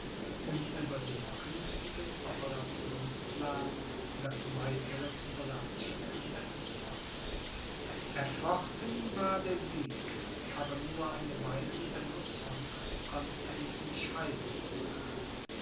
um über den künftigen operationsplan das weitere zu beratschlagen erfochten war der sieg aber nur eine weise benutzung konnte ihn entscheidend machen